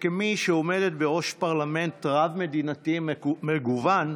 שכמי שעומדת בראש פרלמנט רב-מדינתי, מגוון,